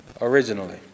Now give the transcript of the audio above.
originally